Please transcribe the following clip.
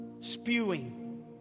Spewing